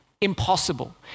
impossible